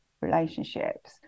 relationships